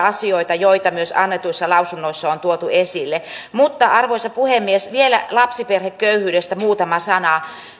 asioita joita myös annetuissa lausunnoissa on tuotu esille arvoisa puhemies vielä lapsiperheköyhyydestä muutama sana